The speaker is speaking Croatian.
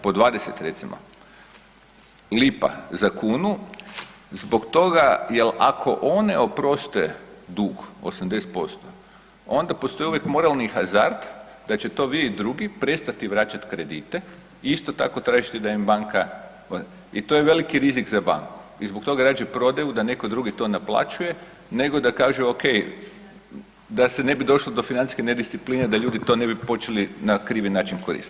Po 20, recimo lipa, za kunu, zbog toga jer ako one oproste dug 80%, onda postoji uvijek moralni hazard da će to vidjeti drugi, prestati vraćati kredite i isto tako, tražiti da im banka i to je veliki rizik za banku i zbog toga rađe prodaju da netko drugi to naplaćuje nego da kažu, okej, da se ne bi došlo do financijske nediscipline, da ljudi to ne bi počeli na krivi način koristiti.